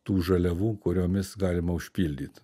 tų žaliavų kuriomis galima užpildyt